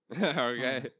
Okay